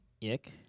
Ik